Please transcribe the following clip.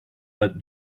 but